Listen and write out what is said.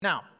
Now